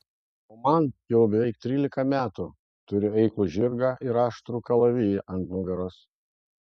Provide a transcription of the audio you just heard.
o man jau beveik trylika metų turiu eiklų žirgą ir aštrų kalaviją ant nugaros